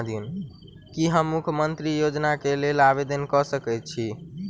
की हम मुख्यमंत्री योजना केँ लेल आवेदन कऽ सकैत छी?